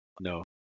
no